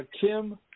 Kim